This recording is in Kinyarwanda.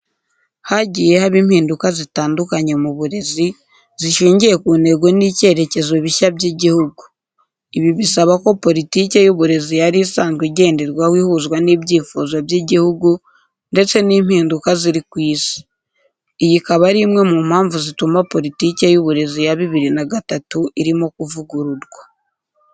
Hagiye haba impinduka zitandukanye mu burezi, zishingiye ku ntego n’icyerekezo bishya by’igihugu. Ibi bisaba ko politike y’Uburezi yari isanzwe igenderwaho ihuzwa n’ibyifuzo by’igihugu ndetse n’impinduka ziri ku Isi. Iyi ikaba ari imwe mu mpamvu zituma politike y’uburezi ya bibiri na gatatu irimo kuvugururwa.